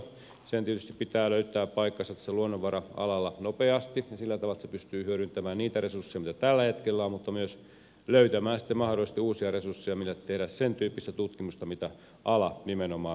sen tietysti pitää löytää paikkansa tällä luonnonvara alalla nopeasti ja sillä tavalla että se pystyy hyödyntämään niitä resursseja mitä tällä hetkellä on mutta myös löytämään sitten mahdollisesti uusia resursseja millä tehdä sentyyppistä tutkimusta mitä ala nimenomaan tarvitsee